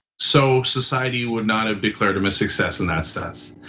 so society would not have declared him a success in that sense.